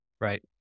Right